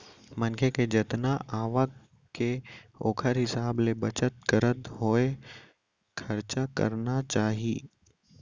मनखे के जतना आवक के ओखर हिसाब ले बचत करत होय खरचा करना चाही